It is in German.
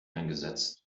eingesetzt